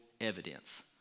evidence